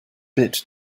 bit